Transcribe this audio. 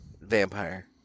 Vampire